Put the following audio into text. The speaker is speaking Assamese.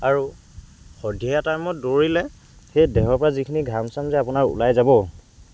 আৰু সন্ধিয়া টাইমত দৌৰিলে সেই দেহৰ পৰা যিখিনি ঘাম চাম যে আপোনাৰ ওলাই যাব